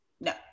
no